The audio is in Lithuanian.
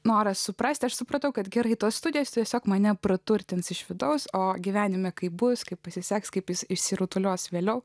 noras suprasti aš supratau kad gerai tos studijos tiesiog mane praturtins iš vidaus o gyvenime kaip bus kaip pasiseks kaip jis išsirutulios vėliau